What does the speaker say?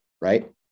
Right